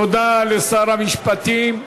תודה לשר המשפטים.